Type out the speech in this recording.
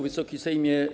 Wysoki Sejmie!